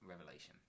revelation